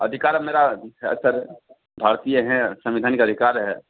अधिकार अब मेरा सर भारतीय है संविधानिक अधिकार है